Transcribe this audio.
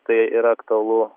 tai yra aktualu